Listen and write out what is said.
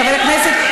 חבר הכנסת,